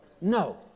No